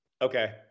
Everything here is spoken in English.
Okay